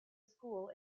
school